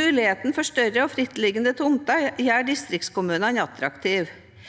Muligheten for større og frittliggende tomter gjør distriktskommunene attraktive.